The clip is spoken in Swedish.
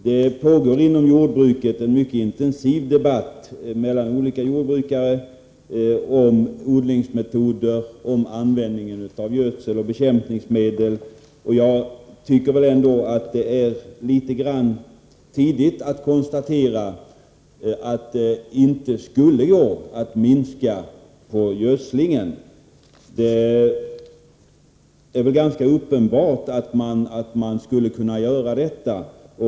F.n. pågår en mycket intensiv debatt mellan olika jordbrukare om odlingsmetoder och om användningen av gödsel och bekämpningsmedel. Jag måste nog säga att det är en aning tidigt att nu konstatera att det inte skulle gå att minska på gödslingen. Det är väl ganska uppenbart att man skulle kunna minska på denna.